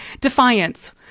defiance